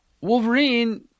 Wolverine